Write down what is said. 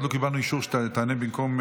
עוד לא קיבלנו אישור שתענה במקום,